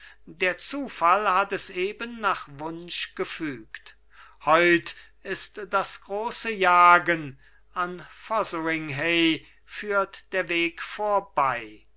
der zufall hat es eben nach wunsch gefügt heut ist das große jagen an fotheringhay führt der weg vorbei